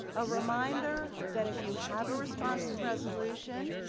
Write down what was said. a reminder that if you have a responsive resolution,